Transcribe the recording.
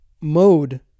mode